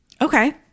Okay